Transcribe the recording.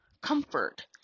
comfort